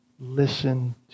listen